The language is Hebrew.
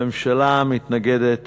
הממשלה מתנגדת